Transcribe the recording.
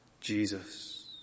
Jesus